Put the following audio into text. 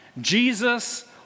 Jesus